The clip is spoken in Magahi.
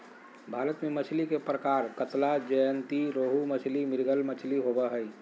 भारत में मछली के प्रकार कतला, ज्जयंती रोहू मछली, मृगल मछली होबो हइ